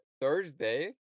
Thursday